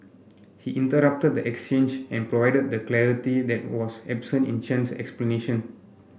he interrupted the exchange and provided the clarity that was absent in Chen's explanation